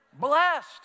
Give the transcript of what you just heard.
Blessed